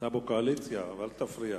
הנושא לוועדה שתקבע ועדת הכנסת נתקבלה.